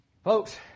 Folks